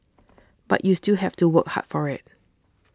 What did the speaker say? but you still have to work hard for it